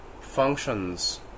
functions